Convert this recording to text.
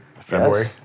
February